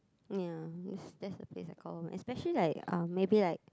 ya it's that's the place I call home especially like um maybe like